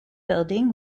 building